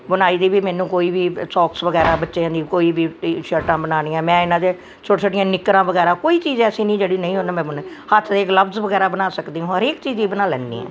ਬੁਣਾਈ ਦੀ ਵੀ ਮੈਨੂੰ ਕੋਈ ਵੀ ਸੋਕਸ ਵਗੈਰਾ ਬੱਚਿਆਂ ਦੀ ਕੋਈ ਵੀ ਟੀ ਸ਼ਰਟਾਂ ਬਣਾਉਣੀਆਂ ਮੈਂ ਇਹਨਾਂ ਦੇ ਛੋਟੀਆਂ ਛੋਟੀਆਂ ਨਿੱਕਰਾਂ ਵਗੈਰਾ ਕੋਈ ਚੀਜ਼ ਐਸੀ ਨਹੀਂ ਜਿਹੜੀ ਨਹੀਂ ਉਹਨਾਂ ਮੈਂ ਬੁਣੀ ਹੱਥ ਦੇ ਗਲੱਬਜ਼ ਵਗੈਰਾ ਬਣਾ ਸਕਦੀ ਹੋ ਹਰੇਕ ਚੀਜ਼ ਹੀ ਬਣਾ ਲੈਂਦੀ ਹਾਂ